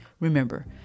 Remember